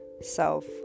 self